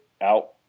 out